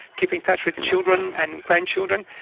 keep in touch with children and grandchildren.